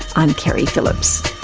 i'm keri phillips